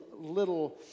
little